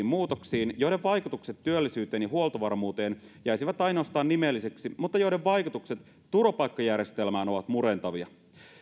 muutoksiin joiden vaikutukset työllisyyteen ja huoltovarmuuteen jäisivät ainoastaan nimellisiksi mutta joiden vaikutukset turvapaikkajärjestelmään ovat murentavia